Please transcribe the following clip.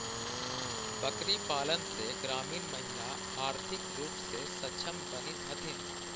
बकरीपालन से ग्रामीण महिला आर्थिक रूप से सक्षम बनित हथीन